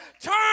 turn